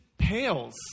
pales